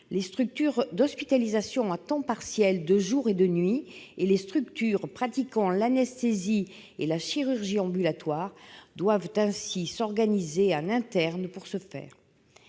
Les structures d'hospitalisation à temps partiel de jour ou de nuit et les structures pratiquant l'anesthésie ou la chirurgie ambulatoires doivent ainsi s'organiser en interne pour ce faire.